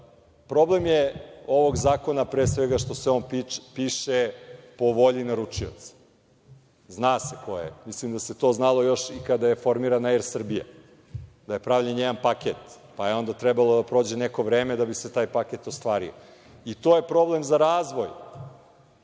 problem je ovog zakona pre svega što se on piše po volji naručioca. Zna se, mislim da se to znalo još kada je formirana i Er Srbija, da je pravljen jedan paket, pa je onda trebalo da prođe neko vreme da bi se taj paket ostvario. To je problem za razvoj